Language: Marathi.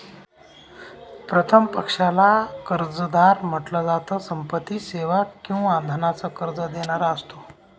प्रथम पक्षाला कर्जदार म्हंटल जात, संपत्ती, सेवा किंवा धनाच कर्ज देणारा असतो